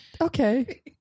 okay